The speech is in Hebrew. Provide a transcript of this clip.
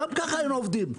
גם ככה אין עובדים,